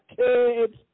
kids